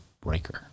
breaker